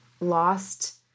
Lost